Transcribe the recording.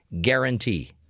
guarantee